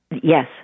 Yes